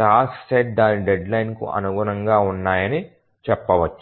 task set దాని డెడ్లైన్కు అనుగుణంగా ఉన్నాయని చెప్పవచ్చు